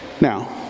Now